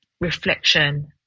reflection